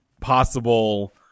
possible